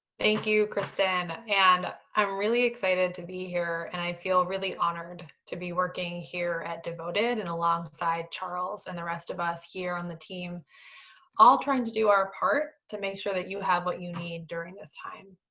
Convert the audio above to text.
thank you, kristen. and i'm really excited to be here and i feel really honored to be working here at devoted and alongside charles and the rest of us here on the team all trying to do our part to make sure that you have what you need during this time.